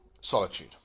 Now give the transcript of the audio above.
solitude